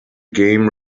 game